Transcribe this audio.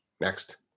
Next